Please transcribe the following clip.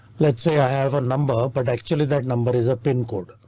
let's say i have a number, but actually that number is a pin code.